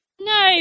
No